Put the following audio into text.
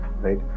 Right